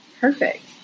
perfect